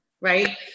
right